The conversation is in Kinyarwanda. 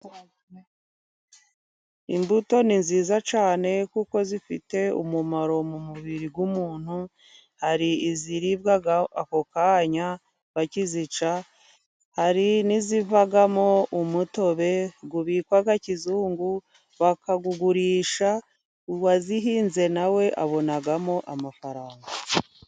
Imbuto nizi cyane kuko zifite umumaro mu mubiri w'umuntu. Hari iziribwa ako kanya bakizica, hari n'izivamo umutobe Ubikwa kizungu bakawugurisha. Uwazihinze nawe abonamo amafaranga.